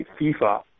FIFA